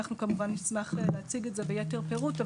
אנחנו כמובן נשמח להציג את זה ביתר פירוט.